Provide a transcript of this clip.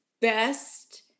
best